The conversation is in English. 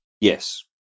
Yes